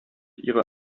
ihre